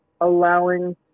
allowing